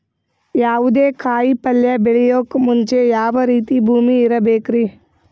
ಯಾವುದೇ ಕಾಯಿ ಪಲ್ಯ ಬೆಳೆಯೋಕ್ ಮುಂಚೆ ಯಾವ ರೀತಿ ಭೂಮಿ ಇರಬೇಕ್ರಿ?